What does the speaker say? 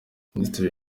minisitiri